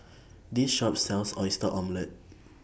This Shop sells Oyster Omelette